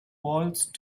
waltzed